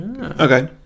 Okay